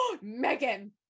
Megan